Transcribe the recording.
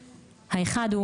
אחד,